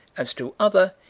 as to other,